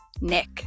Nick